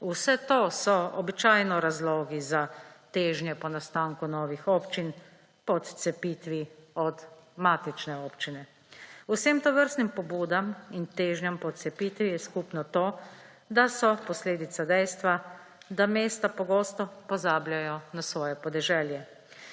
Vse to so običajno razlogi za težnje po nastanku novih občin, po odcepitvi od matične občine. Vsem tovrstnim pobudam in težnjam po odcepitvi je skupno to, da so posledice dejstva, da mesta pogosto pozabljajo na svoje podeželje.